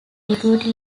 deputy